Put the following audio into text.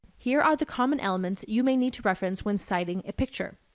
here are the common elements you may need to reference when citing a picture.